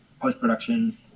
post-production